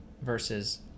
versus